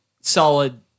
solid